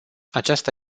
aceasta